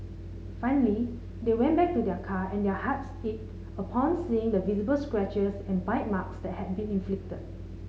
finally they went back to their car and their hearts ached upon seeing the visible scratches and bite marks that had been inflicted